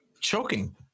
choking